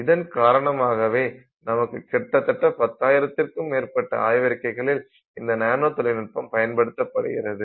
இதன் காரணமாகவே நமக்கு கிட்டத்தட்ட பத்தாயிரத்திற்கும் மேற்பட்ட ஆய்வறிக்கைகளில் இந்த நானோ தொழில்நுட்பம் பயன்படுகிறது